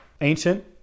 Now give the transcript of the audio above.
ancient